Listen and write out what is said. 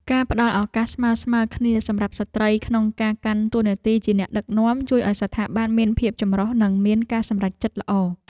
ការផ្តល់ឱកាសស្មើៗគ្នាសម្រាប់ស្ត្រីក្នុងការកាន់តួនាទីជាអ្នកដឹកនាំ ជួយឱ្យស្ថាប័នមានភាពចម្រុះនិងមានការសម្រេចចិត្តល្អ។